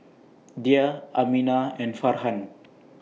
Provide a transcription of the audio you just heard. Dhia Aminah and Farhan